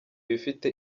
ibifite